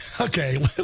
Okay